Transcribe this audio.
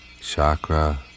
chakra